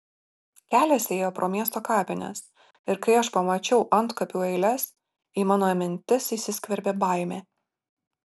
kelias ėjo pro miesto kapines ir kai aš pamačiau antkapių eiles į mano mintis įsiskverbė baimė